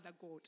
God